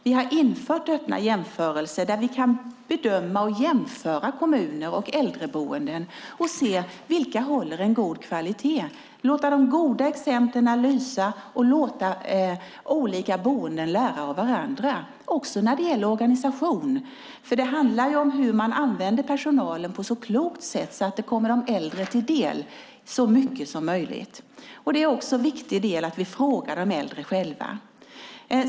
Vi har infört öppna jämförelser där vi kan bedöma och jämföra kommuner och äldreboenden och se vilka som håller en god kvalitet. Vi kan låta de goda exemplen lysa och låta olika boenden lära av varandra, också när det gäller organisation. Det handlar ju om hur man använder personalen så klokt som möjligt, så att det kommer de äldre till del så mycket som möjligt. Det är också en viktig del att vi frågar de äldre själva.